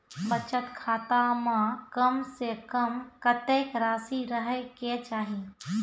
बचत खाता म कम से कम कत्तेक रासि रहे के चाहि?